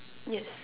yes